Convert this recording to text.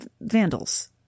vandals